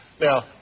Now